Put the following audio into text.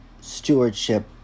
stewardship